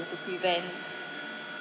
to prevent